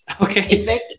okay